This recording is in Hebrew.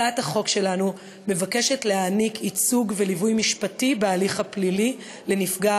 הצעת החוק שלנו מבקשת להעניק ייצוג וליווי משפטי בהליך הפלילי לנפגע